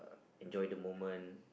enjoy the moment